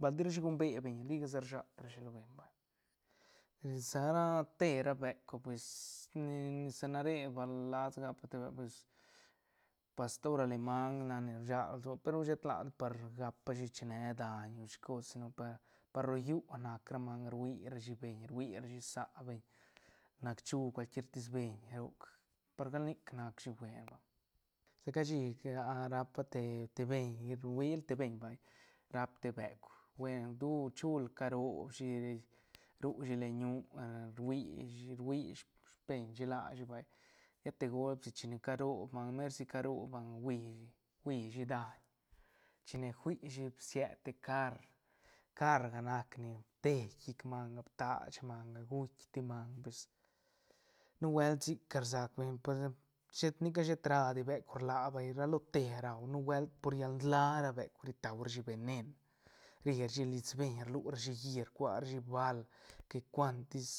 bal dirashi gumbe beñ ligasa rshat rashi lo beñ vay sa re te ra beukga pues ni- ni sa na re bal lasa gapa de beuk pues pastor aleman nac ni rsag lsoa pe ru sheta ladi par gapa shi chine daiñ o shicos si no par- par rro llú nac nac ra manga rui ra shi beñ rui ra shi saa beñ nac chu cual quier tis beñ roc par gal nic nac shi buen sa cashi rapa te- te beñ ruia te beñ vay rap te buek buen du chul carob shi ri ru shi len ñu ruishi- rui speñs- speñshi lashi vay lla te golspi chine carob manga mer si carob manga hui- huishi daiñ chine fuishi sied te car- carga nac ni bdei llic manga ptach manga guitk ti manga pues nubuelt sic gal rsac beñ pues shet ni ca shet rra di beuk rla vay ra lo te rau nubuelt yal ndla ra beuk ri tau rashi venen rri ra shi lis beñ rlurashi llí rcua rashi bál que cuantis.